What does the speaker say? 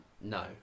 No